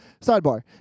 sidebar